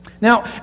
Now